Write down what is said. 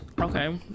Okay